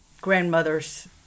grandmother's